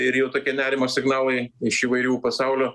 ir jau tokie nerimo signalai iš įvairių pasaulio